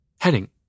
Heading